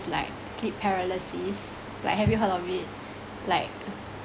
like sleep paralysis like have you heard of it like